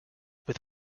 with